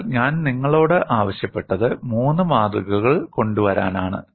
എന്നാൽ ഞാൻ നിങ്ങളോട് ആവശ്യപ്പെട്ടത് 3 മാതൃകകൾ കൊണ്ടുവരാൻ ആണ്